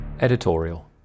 Editorial